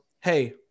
hey